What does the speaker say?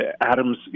Adams